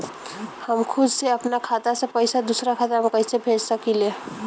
हम खुद से अपना खाता से पइसा दूसरा खाता में कइसे भेज सकी ले?